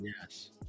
Yes